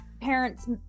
parents